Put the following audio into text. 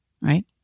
Right